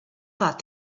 thought